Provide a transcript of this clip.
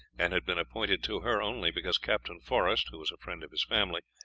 and had been appointed to her only because captain forest, who was a friend of his family,